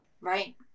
right